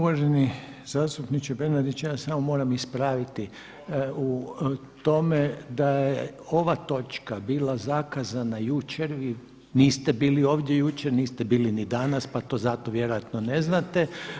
Uvaženi zastupniče Bernardić, ja samo moram ispraviti u tome da je ova točka bila zakazana jučer, vi niste bili ovdje jučer, niste bili ni danas pa to zato vjerojatno ne znate.